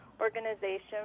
organization